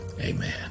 Amen